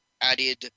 added